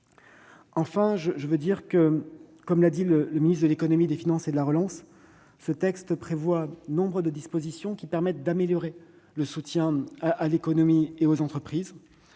à titre exceptionnel. Comme l'a dit le ministre de l'économie, des finances et de la relance, ce texte prévoit nombre de dispositions permettant d'améliorer le soutien à l'économie et aux entreprises.